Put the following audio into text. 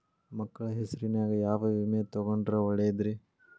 ಮಕ್ಕಳ ಹೆಸರಿನ್ಯಾಗ ಯಾವ ವಿಮೆ ತೊಗೊಂಡ್ರ ಒಳ್ಳೆದ್ರಿ?